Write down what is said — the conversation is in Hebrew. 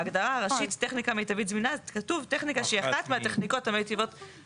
רוב השינויים הם שינויים טכניים שנגזרים מההסדר החדש